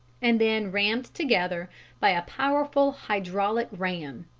and then rammed together by a powerful hydraulic ram.